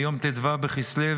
ביום ט"ו בכסלו